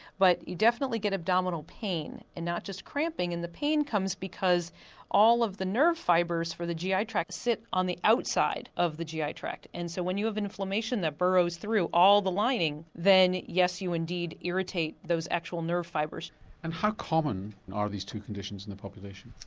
but you definitely get abdominal pain and not just cramping, and the pain comes because all of the nerve fibres for the gi ah tract, sit on the outside of the gi ah tract. and so when you have an inflammation that burrows through all the lining, then yes you indeed irritate those actual nerve fibres and how common are these two conditions in the population?